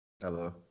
Hello